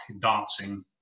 dancing